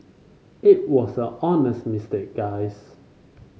it was an honest mistake guys